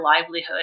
livelihood